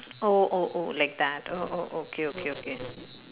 oh oh oh like that oh oh okay okay okay